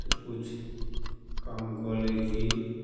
तऽ किछु काम कऽ लै छी